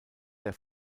der